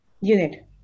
unit